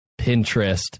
Pinterest